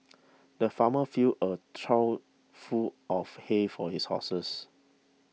the farmer filled a trough full of hay for his horses